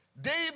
David